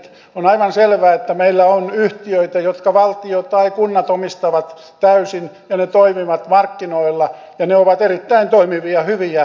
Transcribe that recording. on aivan selvää että meillä on yhtiöitä jotka valtio tai kunnat omistavat täysin ja ne toimivat markkinoilla ja ne ovat erittäin toimivia ja hyviä